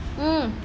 mm